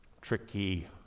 tricky